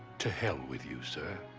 to hell with you, sir.